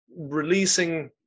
releasing